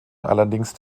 allerdings